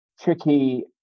tricky